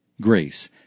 Grace